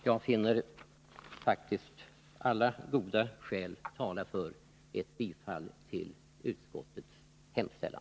Jag finner alla goda skäl tala för ett bifall till utskottets hemställan.